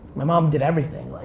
my mom did everything. like